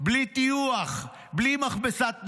בלי טיוח, בלי מכבסת מילים,